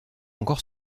encore